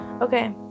okay